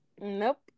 Nope